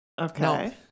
Okay